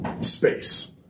space